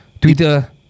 Twitter